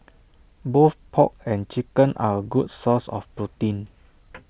both pork and chicken are A good source of protein